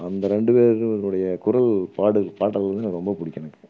அந்த ரெண்டு பேர்களினுடைய குரல் பாடல் பாடல்னால் எனக்கு ரொம்ப பிடிக்கும் எனக்கு